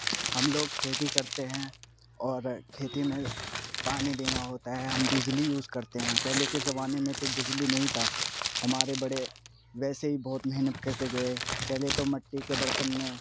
ہم لوگ کھیتی کرتے ہیں اور کھیتی میں پانی دینا ہوتا ہے ہم بجلی یوز کرتے ہیں پہلے کے زمانے میں تو بجلی نہیں تھا ہمارے بڑے ویسے ہی بہت محنت کر کے گئے پہلے تو مٹی کے برتن میں